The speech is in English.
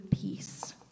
peace